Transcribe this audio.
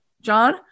John